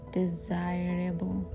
desirable